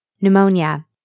Pneumonia